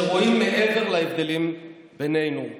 שרואים מעבר להבדלים בינינו,